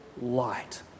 light